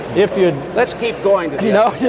if you let's keep going you know.